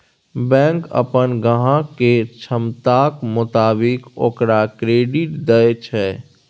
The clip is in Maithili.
बैंक अप्पन ग्राहक केर क्षमताक मोताबिक ओकरा क्रेडिट दय छै